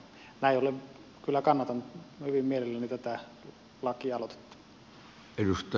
näin ollen kyllä kannatan hyvin mielelläni tätä lakialoitetta